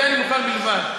לזה אני מוכן בלבד.